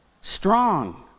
strong